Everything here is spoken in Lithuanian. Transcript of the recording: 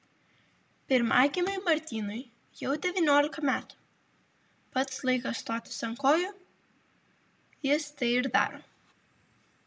pirmagimiui martynui jau devyniolika metų pats laikas stotis ant kojų jis tai ir daro